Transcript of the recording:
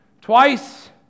twice